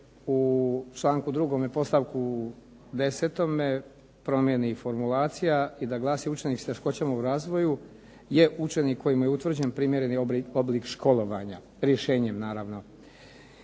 u članku 2. podstavku 10. promijeni formulacija i da glasi učenik s teškoćama u razvoju je učenik kojemu je utvrđen primjereni oblik školovanja, rješenjem naravno.